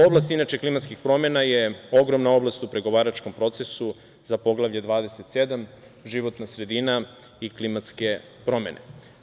Oblast klimatskih promena je ogromna oblast u pregovaračkom procesu za Poglavlje 27 – „Životna sredina i klimatske promene“